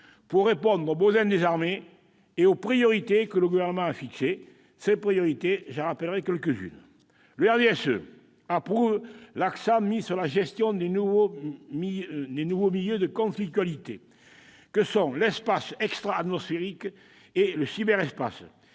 pour répondre aux besoins des armées et aux priorités que le Gouvernement a fixées. Je rappellerai quelques-unes de ces priorités. Le RDSE approuve l'accent mis sur la gestion des nouveaux milieux de conflictualité que sont l'espace extra-atmosphérique et le cyberespace,